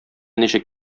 ничек